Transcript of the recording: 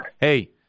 hey